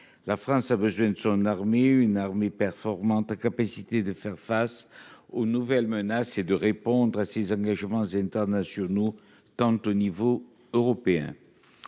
La France a besoin de son armée, une armée performante capacité de faire face aux nouvelles menaces et de répondre à ses engagements internationaux, tant au niveau européen.